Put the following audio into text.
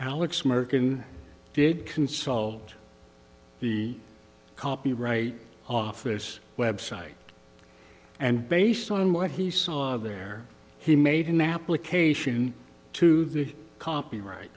alex merkin did consult the copyright office website and based on what he saw there he made an application to the copyright